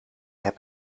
heb